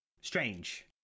strange